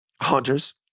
hunters